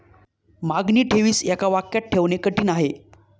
मागणी ठेवीस एका वाक्यात ठेवणे कठीण आहे